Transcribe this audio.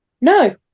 No